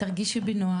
ותרגישי בנוח.